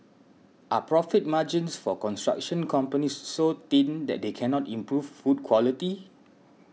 are profit margins for construction companies so thin that they cannot improve food quality